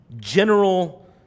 general